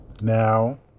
Now